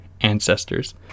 ancestors